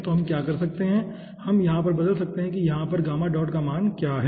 तो हम क्या कर सकते हैं हम यहाँ पर बदल सकते हैं कि यहाँ पर का क्या मान है